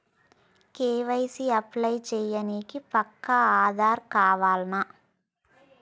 KYC apply చేయనీకి పక్కా ఆధార్ కావాల్నా?